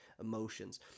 emotions